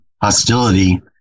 hostility